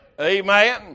Amen